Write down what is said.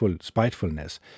spitefulness